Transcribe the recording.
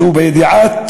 וזה בידיעת